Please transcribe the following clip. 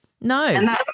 No